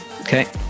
Okay